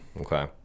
okay